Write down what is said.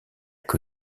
que